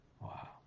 Wow